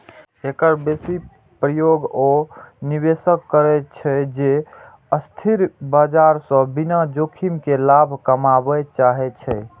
एकर बेसी प्रयोग ओ निवेशक करै छै, जे अस्थिर बाजार सं बिना जोखिम के लाभ कमबय चाहै छै